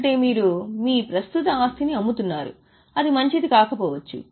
అంటే మీరు మీ ప్రస్తుత ఆస్తిని అమ్ముతున్నారు అది మంచిది కాకపోవచ్చు